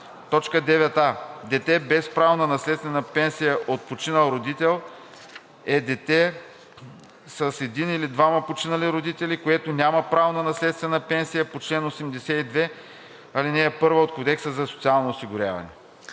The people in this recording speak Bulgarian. т. 9а: „9а. „Дете без право на наследствена пенсия от починал родител“ е дете с един или двама починали родители, което няма право на наследствена пенсия по чл. 82, ал. 1 от Кодекса за социално осигуряване.“